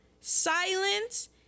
Silence